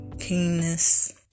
keenness